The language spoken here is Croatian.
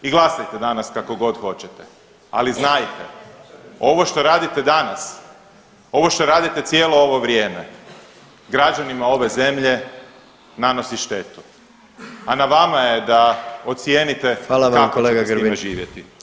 I glasajete danas kako god hoćete, ali znajte ovo što radite danas, ovo što radite cijelo ovo vrijeme građanima ove zemlje nanosi štetu, a na vama je da ocijenite [[Upadica: Hvala vam kolega Grbin.]] kako ćete s time živjeti.